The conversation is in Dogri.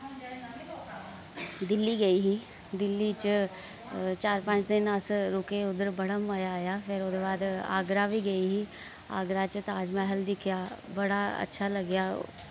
दिल्ली गेई ही दिल्ली च चार पंज दिन अस रुके उद्धर बड़ा मजा आया फिर उ'दे बाद आगरा बी गेई ही आगरा च ताज मैह्ल दिक्खेआ बड़ा अच्छा लग्गेआ